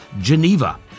Geneva